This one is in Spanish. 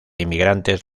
inmigrantes